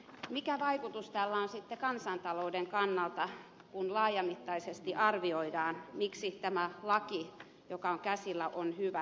mikä vaikutus tällä on sitten kansantalouden kannalta kun laajamittaisesti arvioidaan miksi tämä laki joka on käsillä on hyvä